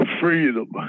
freedom